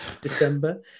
December